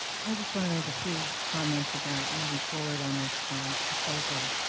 i just want to make a few comments about and moving forward on this proposal.